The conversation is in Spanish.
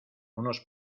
unos